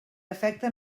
afecta